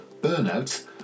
burnout